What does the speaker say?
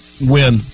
Win